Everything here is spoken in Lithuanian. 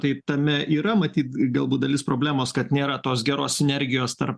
tai tame yra matyt galbūt dalis problemos kad nėra tos geros sinergijos tarp